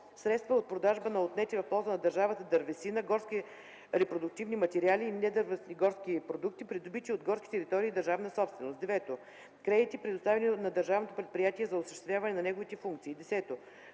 средства от продажба на отнети в полза на държавата дървесина, горски репродуктивни материали и недървесни горски продукти, добити от горски територии – държавна собственост; 9. кредити, предоставени на държавното предприятие за осъществяване на неговите функции; 10.